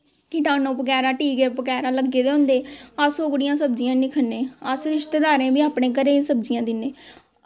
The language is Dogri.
किटानु बगैरा कीड़े बगैरा लग्गे दे होंदे अस ओह्कड़ियां सब्जियां नी खन्ने अस रिश्तेदारें बी अपने घरे दियां सब्जियां दिन्ने